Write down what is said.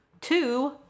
Two